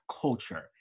culture